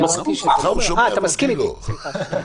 מרפא את הבעיה הזאת.